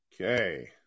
okay